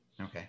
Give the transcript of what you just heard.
Okay